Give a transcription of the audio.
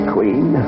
Queen